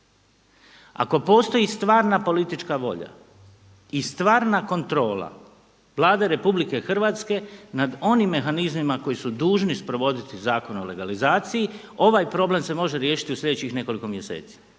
Ako postoji stvarna politička volja i stvarna kontrola Vlade RH nad onim mehanizmima koji su dužni sprovoditi Zakon o legalizaciji ovaj problem se može riješiti u sljedećih nekoliko mjeseci,